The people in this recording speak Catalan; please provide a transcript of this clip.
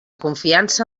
confiança